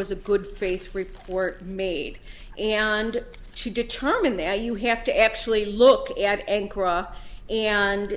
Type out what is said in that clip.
was a good faith report made and she determined there you have to actually look at ankara and